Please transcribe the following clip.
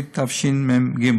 התשמ"ג.